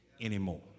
anymore